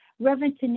reverend